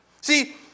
See